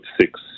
six